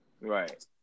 right